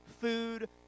food